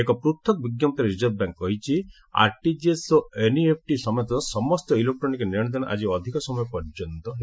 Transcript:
ଏକ ପୂଥକ ବିଞ୍ଘପ୍ତିରେ ରିଜର୍ଭ ବ୍ୟାଙ୍କ୍ କହିଛି ଆର୍ଟିଜିଏସ୍ ଓ ଏନ୍ଇଏଫ୍ଟି ସମେତ ସମସ୍ତ ଇଲେକ୍ଟ୍ରୋନିକ୍ସ ନେଶଦେଣ ଆଜି ଅଧିକ ସମୟ ପର୍ଯ୍ୟନ୍ତ ହେବ